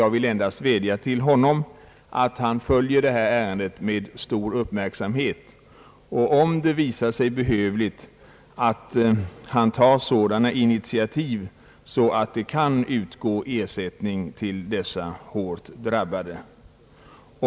Jag vill därför endast vädja till jordbruksministern att följa detta ärende med stor uppmärksamhet och att, om det visar sig behövligt, ta sådana initiativ att det kan utgå ersättning till de hårt drabbade jordbrukarna.